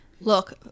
Look